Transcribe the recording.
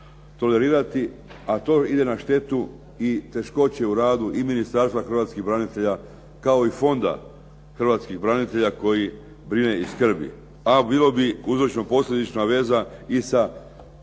tolerirati a to ide na štetu i teškoće u radu i Ministarstva hrvatskih branitelja kao i Fonda hrvatskih branitelja koji brine i skrbi. A bila bi uzročno posljedična veza i sa